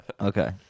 Okay